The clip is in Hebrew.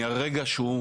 מהרגע שהוא מייצר,